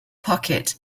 pocket